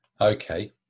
Okay